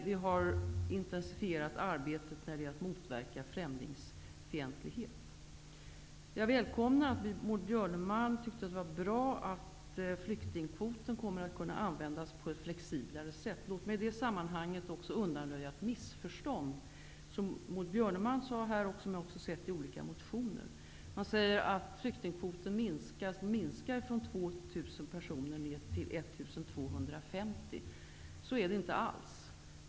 Vi har intensifierat arbetet mot främ lingsfientlighet. Jag välkomnar att Maud Björnemalm tyckte att det var bra att flyktingkvoten kommer att kunna användas på ett flexiblare sätt. Jag vill i detta sam manhang också undanröja ett missförstånd. Maud Björnemalm sade här, och jag har också sett att det sägs i olika motioner, att flyktingkvo ten minskar från 2 000 ner till 1 250. Så är det inte alls.